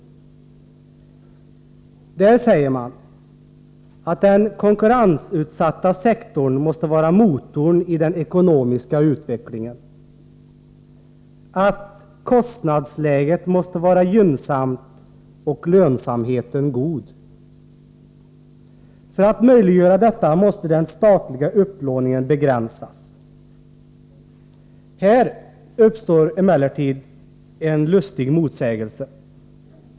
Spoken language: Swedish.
I den propositionen säger regeringen, att den konkurrensutsatta sektorn måste vara motor i den ekonomiska utvecklingen, att kostnadsläget måste vara gynnsamt och lönsamheten god. För att möjliggöra detta måste den statliga upplåningen begränsas. Här uppstår emellertid en lustig motsägelse.